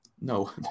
No